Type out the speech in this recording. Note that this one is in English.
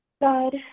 God